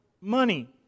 money